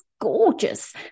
gorgeous